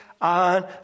on